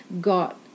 got